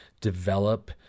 develop